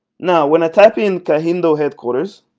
now when i type in kahindo headquarters